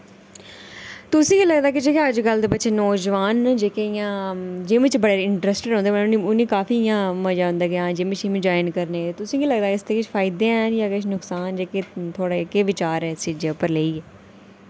तुसें केह् लगदा के जेह्के अजकल दे बच्चे नौजोआन जेह्के इ'यां जिम च बड़े इंटरैस्टड़ होंदे मतलब उ'नें गी काफी इ'यां मजा औंदा के हां जिम शिम ज्वाइन करने तुसें केह् लगदा इसदे किश फायदे हैन जां किश नुक्सान जेह्के थुआढ़े केह् विचार ऐ इस चीजे उप्पर लेइयै